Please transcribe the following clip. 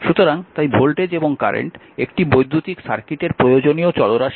সুতরাং তাই ভোল্টেজ এবং কারেন্ট একটি বৈদ্যুতিক সার্কিটের প্রয়োজনীয় চলরাশি